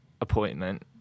appointment